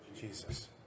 Jesus